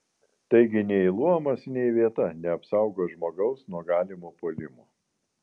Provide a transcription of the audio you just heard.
taigi nei luomas nei vieta neapsaugo žmogaus nuo galimo puolimo